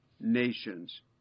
nations